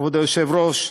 כבוד היושב-ראש,